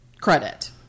credit